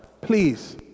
Please